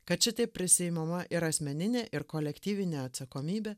kad šitaip prisiimama ir asmeninė ir kolektyvinė atsakomybė